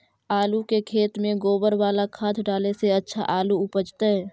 आलु के खेत में गोबर बाला खाद डाले से अच्छा आलु उपजतै?